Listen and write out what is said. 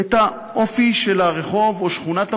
את האופי של הרחוב או של שכונת המגורים,